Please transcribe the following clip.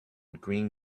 green